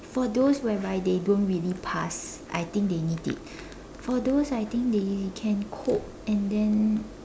for those whereby they don't really pass I think they need it for those I think they can cope and then